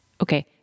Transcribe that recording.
Okay